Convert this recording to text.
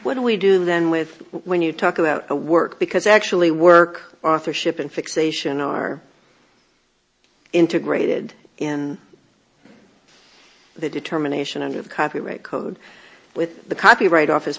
what do we do then with when you talk about a work because actually work authorship and fixation are integrated in the determination of copyright code with the copyright office